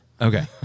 Okay